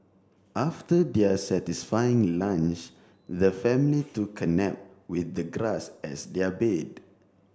after their satisfying lunch the family took a nap with the grass as their bed